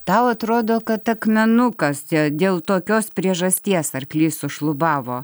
tau atrodo kad akmenukas dėl tokios priežasties arklys sušlubavo